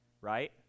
right